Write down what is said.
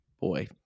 boy